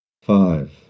Five